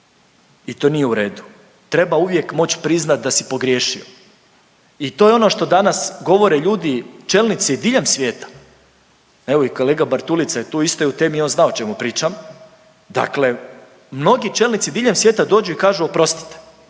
i to nije u redu, treba uvijek moć priznat da si pogriješio i to je ono što danas govore ljudi, čelnici diljem svijeta, evo i kolega Bartulica je tu, isto je u temi, on zna o čemu pričam, dakle mnogi čelnici diljem svijeta dođu i kažu oprostite